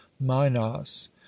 minos